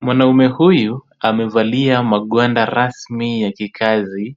Mwanamume huyu amevalia magwanda rasmi ya kikazi